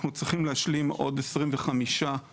19. אנחנו צריכים להשלים עוד 25 מפרטים.